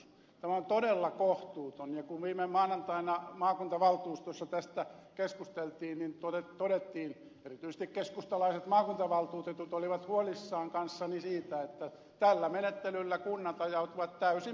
tämä on todella kohtuuton ja kun viime maanantaina maakuntavaltuustossa tästä keskusteltiin niin todettiin erityisesti keskustalaiset maakuntavaltuutetut olivat huolissaan kanssani siitä että tällä menettelyllä kunnat ajautuvat täysin mahdottomaan tilanteeseen